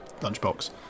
lunchbox